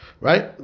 Right